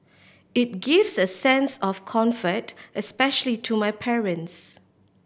it gives a sense of comfort especially to my parents